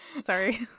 Sorry